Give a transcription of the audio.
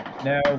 Now